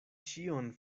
ĉion